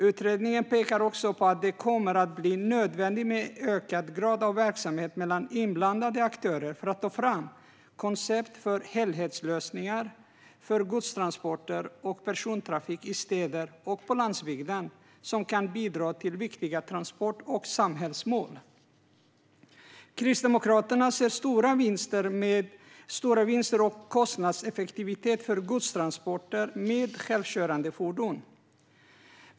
Utredningen pekar också på att det kommer att bli nödvändigt med en ökad grad av samverkan mellan inblandade aktörer för att ta fram koncept för helhetslösningar för godstransporter och persontrafik i städer och på landsbygden som kan bidra till viktiga transport och samhällsmål. Kristdemokraterna ser stora vinster och kostnadseffektivitet i godstransporter med självkörande fordon.